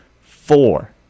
four